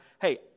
hey